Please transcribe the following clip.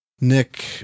Nick